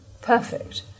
perfect